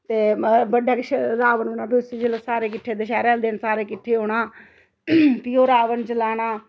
ते बड्डा किश रावण उसी जेल्लै सारें किट्ठें दशैह्रै आह्ले दिन सारें किट्ठे होना फ्ही ओह् रावण जलाना